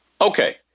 Okay